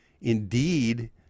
indeed